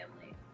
family